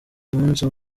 umunsi